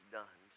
done